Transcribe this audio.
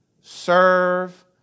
serve